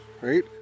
right